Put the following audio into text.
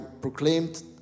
proclaimed